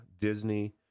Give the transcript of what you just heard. disney